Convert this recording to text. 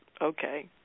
okay